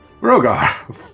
Rogar